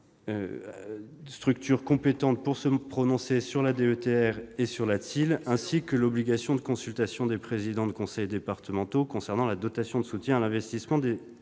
...